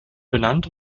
benannt